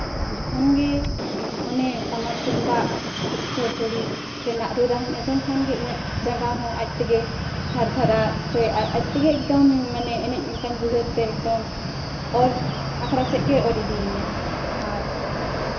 ᱡᱚᱠᱷᱚᱱ ᱜᱮ ᱚᱱᱮ ᱴᱟᱢᱟᱠ ᱛᱩᱢᱫᱟᱜ ᱪᱚᱲᱪᱚᱲᱤ ᱛᱮᱱᱟᱜ ᱨᱩ ᱨᱟᱦᱟᱧ ᱟᱸᱡᱚᱢ ᱠᱷᱟᱱ ᱜᱮ ᱤᱧᱟᱹᱜ ᱡᱟᱸᱜᱟ ᱦᱚᱸ ᱟᱡ ᱛᱮᱜᱮ ᱛᱷᱟᱨ ᱛᱷᱟᱨᱟᱜ ᱥᱮ ᱟᱡ ᱛᱮᱜᱮ ᱮᱠᱫᱚᱢ ᱢᱟᱱᱮ ᱮᱱᱮᱡ ᱞᱮᱠᱟᱧ ᱵᱩᱷᱟᱹᱣᱛᱮ ᱮᱠᱫᱚᱢ ᱚᱨ ᱟᱠᱷᱲᱟ ᱥᱮᱫ ᱜᱮᱭ ᱚᱨ ᱤᱫᱤᱭᱤᱧᱟᱹ ᱟᱨ